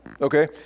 Okay